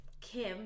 Kim